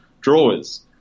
drawers